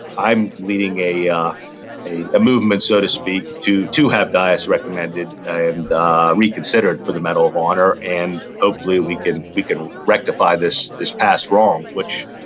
i'm leading a ah a movement, so to speak, to to have dyess recommended and reconsidered for the medal of honor, and hopefully we can we can rectify this this past wrong. which,